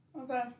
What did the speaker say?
Okay